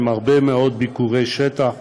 עם הרבה מאוד ביקורי שטח,